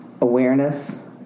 awareness